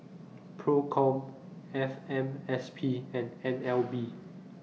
PROCOM F M S P and N L B